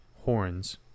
horns